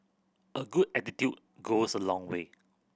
a good attitude goes a long way